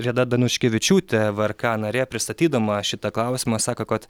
reda danuškevičiūtė vrk narė pristatydama šitą klausimą sako kad